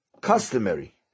customary